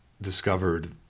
discovered